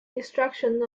destruction